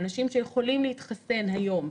האנשים שיכולים להתחסן היום,